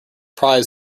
prize